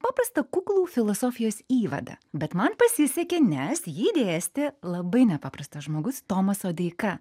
paprastą kuklų filosofijos įvadą bet man pasisekė nes jį dėstė labai nepaprastas žmogus tomas sodeika